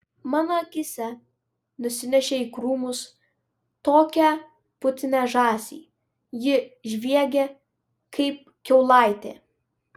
mano akyse nusinešė į krūmus tokią putnią žąsį ji žviegė kaip kiaulaitė